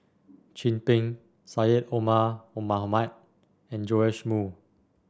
Chin Peng Syed Omar Mohamed and Joash Moo